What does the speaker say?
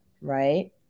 right